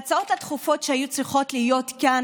ההצעות הדחופות שהיו צריכות להיות כאן,